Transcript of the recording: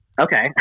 okay